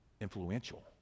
influential